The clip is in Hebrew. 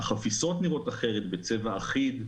החפיסות נראות אחרת כולן בצבע אחיד,